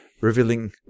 revealing